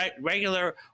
regular